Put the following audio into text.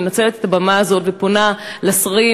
מנצלת את הבמה הזאת ופונה לשרים,